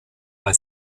bei